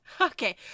Okay